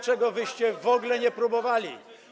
czego wyście w ogóle nie próbowali.